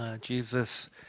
Jesus